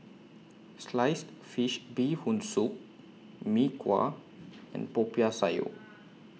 Sliced Fish Bee Hoon Soup Mee Kuah and Popiah Sayur